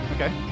Okay